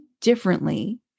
differently